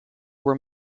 were